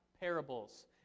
parables